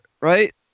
right